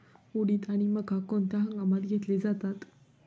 उडीद आणि मका कोणत्या हंगामात घेतले जातात?